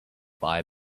fire